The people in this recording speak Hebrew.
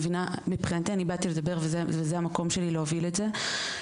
מבחינתי אני באתי לדבר וזה המקום שלי להוביל את זה.